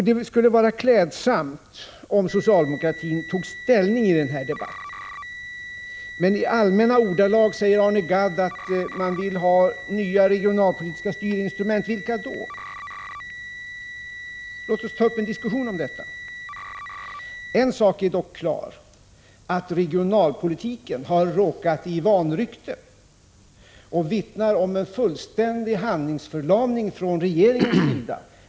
Det skulle vara klädsamt om socialdemokratin tog ställning i denna debatt. Men i allmänna ordalag säger Arne Gadd att man vill ha nya regionalpolitiska styrinstrument. Vilka då? Låt oss ta upp en diskussion om detta. En sak är dock klar. Regionalpolitiken har råkat i vanrykte. Det vittnar om fullständig handlingsförlamning från regeringens sida.